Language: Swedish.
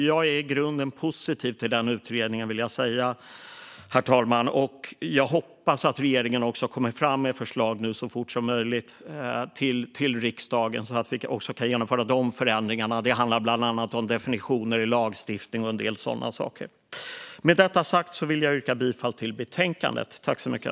Jag är i grunden positiv till den utredningen, vill jag säga, och jag hoppas att regeringen så fort som möjligt kommer med förslag till riksdagen så att vi kan genomföra de förändringarna. Det handlar bland annat om definitioner i lagstiftning och sådana saker. Med detta sagt vill jag yrka bifall till förslaget i betänkandet.